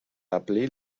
appelés